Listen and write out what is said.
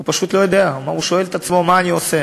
הוא פשוט לא יודע, הוא שואל את עצמו: מה אני עושה?